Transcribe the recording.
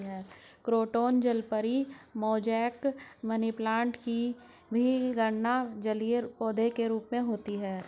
croton जलपरी, mosaic, money plant की भी गणना जलीय पौधे के रूप में होती है